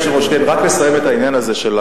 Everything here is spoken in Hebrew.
אדוני היושב-ראש, רק לסיים את העניין הזה.